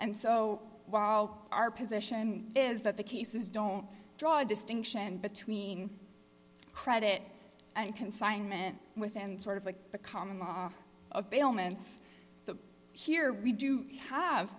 and so while our position is that the cases don't draw a distinction between credit and consignment with and sort of like the common law of ailments but here we do have